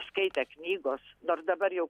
skaitę knygos nors dabar jau